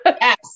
Yes